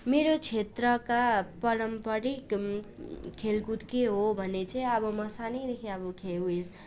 मेरो क्षेत्रका पारम्परिक खेलकुद के हो भने चाहिँ अब म सानैदेखि अब खे उयेस